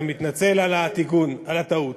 אני מתנצל על הטעות.